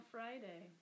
Friday